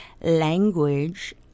language